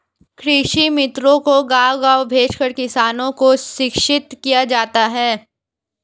कृषि मित्रों को गाँव गाँव भेजकर किसानों को शिक्षित किया जाता है